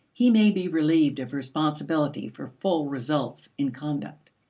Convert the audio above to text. he may be relieved of responsibility for full results in conduct.